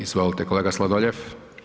Izvolite kolega Sladoljev.